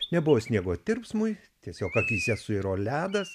nebuvo sniego tirpsmui tiesiog akyse suiro ledas